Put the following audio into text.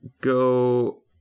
go